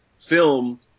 film